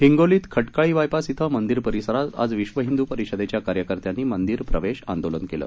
हिंगोलीत खटकाळी बायपास इथं मंदिर परिसरात आज विधहिंदू परिषेदेच्या कार्यकर्त्यांनी मंदिर प्रवेश आंदोलन केलं